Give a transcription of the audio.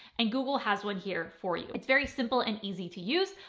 and google has one here for you. it's very simple and easy to use.